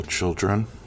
children